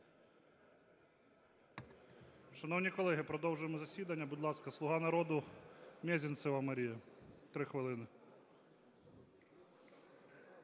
Шановні колеги, продовжуємо засідання. Будь ласка, "Слуга народу", Мезенцева Марія, 3 хвилини.